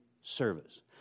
service